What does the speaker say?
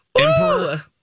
Emperor